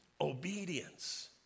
Obedience